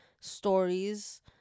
Stories